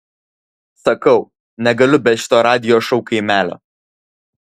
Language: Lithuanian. sakau negaliu be šito radijo šou kaimelio